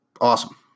Awesome